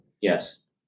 Yes